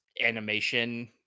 animation